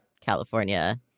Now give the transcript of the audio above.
California